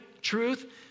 truth